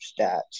stats